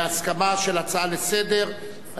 בהסכמה על הצעה לסדר-היום.